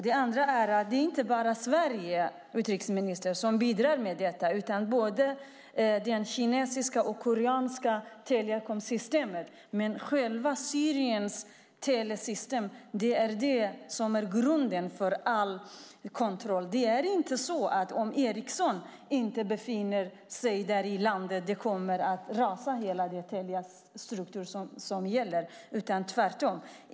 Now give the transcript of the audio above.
Det är inte bara Sverige, utrikesministern, som bidrar med detta, utan både kinesiska och koreanska telekomsystem. Det är Syriens telesystem som är grunden för all kontroll. Det är inte så att om inte Ericsson befinner sig i landet kommer hela telestrukturen att rasa, tvärtom.